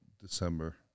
December